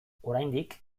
oraindik